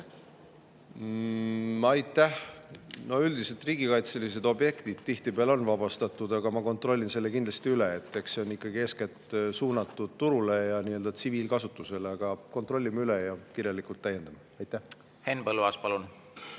Aitäh! Üldiselt riigikaitselised objektid tihtipeale on vabastatud. Aga ma kontrollin selle kindlasti üle. Eks see on ikkagi eeskätt suunatud turule ja tsiviilkasutusele, aga kontrollime üle ja kirjalikult täiendan. Henn Põlluaas, palun!